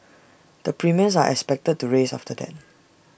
the premiums are expected to rise after that